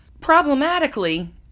Problematically